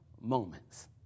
moments